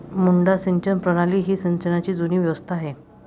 मुड्डा सिंचन प्रणाली ही सिंचनाची जुनी व्यवस्था आहे